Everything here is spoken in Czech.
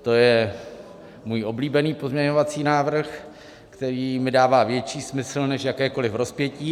To je můj oblíbený pozměňovací návrh, který mi dává větší smysl než jakékoli rozpětí.